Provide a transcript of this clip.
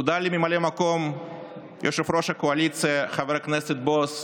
תודה לממלא מקום יושב-ראש הקואליציה חבר הכנסת בועז